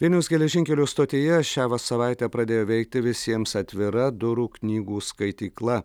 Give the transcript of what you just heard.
vilniaus geležinkelio stotyje šią va savaitę pradėjo veikti visiems atvira durų knygų skaitykla